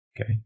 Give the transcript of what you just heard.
Okay